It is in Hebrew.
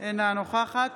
אינה נוכחת